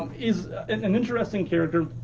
he's an interesting character.